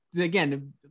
Again